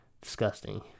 disgusting